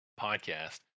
podcast